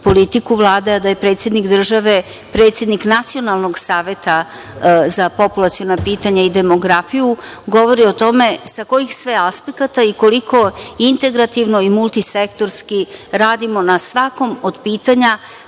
politiku Vlade, a da je predsednik države predsednik Nacionalnog saveta za populaciona pitanja i demografiju, govori o tome sa kojih sve aspekata i koliko integrativno i multisektorski radimo na svakom od pitanja